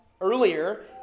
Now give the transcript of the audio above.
earlier